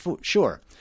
sure